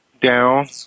down